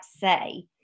say